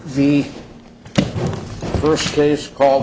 the first case called